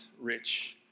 rich